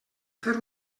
fer